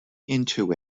into